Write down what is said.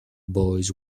boys